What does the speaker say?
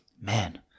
man